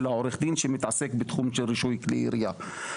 עורך דין שמתעסק בתחום של רישוי כלי ירייה.